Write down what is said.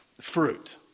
fruit